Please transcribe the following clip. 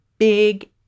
Big